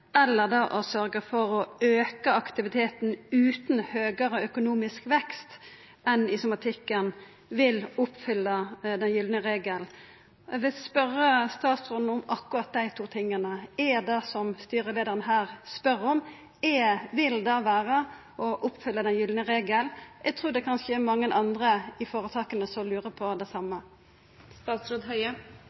eller det å sørgje for å auka aktiviteten utan høgare økonomisk vekst enn i somatikken, vil oppfylla den gylne regelen. Eg vil spørja statsråden om akkurat dei to tinga: Vil det som styreleiaren spør om, vera å oppfylla den gylne regelen? Eg trur kanskje det er mange andre i føretaka som lurer på det same.